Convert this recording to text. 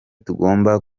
tugomba